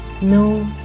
No